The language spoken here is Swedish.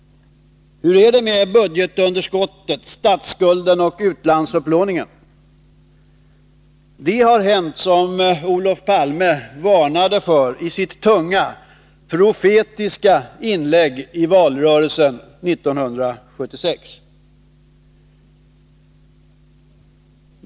Hur är det med budgetunderskottet, statsskulden och utlandsupplåningen? Det har hänt som Olof Palme varnade för i sitt tunga, profetiska inlägg i valrörelsen 1976.